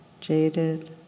jaded